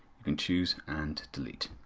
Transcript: you can choose and delete.